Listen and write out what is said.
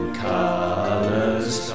colors